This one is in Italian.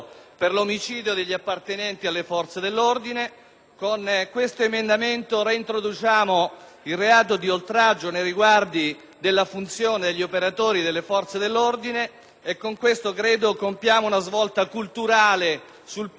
Con tale emendamento reintroduciamo il reato di oltraggio nei riguardi della funzione degli operatori delle forze dell'ordine e credo che in tal modo compiamo una svolta culturale sul piano giuridico e di politica del diritto